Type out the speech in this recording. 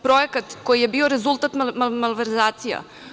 Projekat koji je bio rezultat malverzacija.